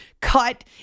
cut